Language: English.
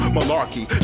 Malarkey